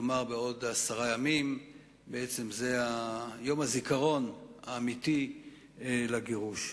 כלומר בעוד עשרה ימים יהיה בעצם יום הזיכרון האמיתי לגירוש.